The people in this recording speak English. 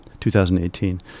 2018